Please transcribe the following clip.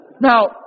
Now